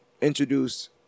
introduced